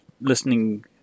listening